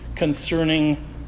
concerning